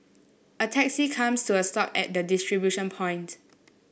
a taxi comes to a stop at the distribution point